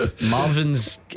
Marvin's